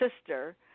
sister